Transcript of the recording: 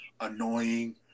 annoying